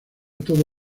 todo